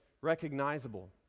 recognizable